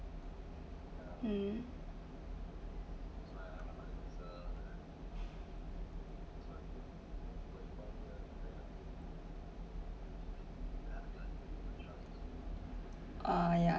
um uh yeah